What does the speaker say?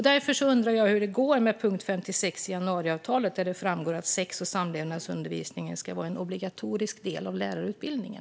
Därför undrar jag hur det går med punkt 56 i januariavtalet, där det framgår att sex och samlevnadsundervisningen ska vara en obligatorisk del av lärarutbildningen.